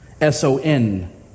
S-O-N